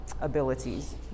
abilities